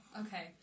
okay